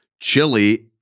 chili